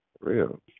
Real